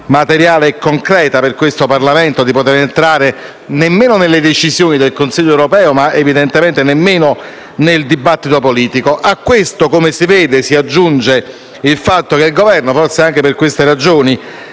materiale e concreta per questo Parlamento di poter entrare non solo nelle decisioni del Consiglio europeo, ma nemmeno nel dibattito politico. A questo - come si può notare - va aggiunto il fatto che il Governo, forse anche per queste ragioni,